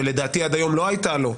שלדעתי עד היום לא הייתה לו,